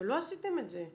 ולא עשיתם את זה,